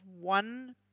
one